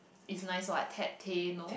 is nice what Ted Tay no